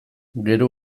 gero